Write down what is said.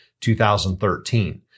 2013